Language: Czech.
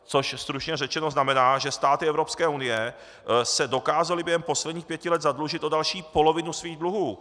Což stručně řečeno znamená, že státy Evropské unie se dokázaly během posledních pěti let zadlužit o další polovinu svých dluhů!